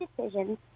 decisions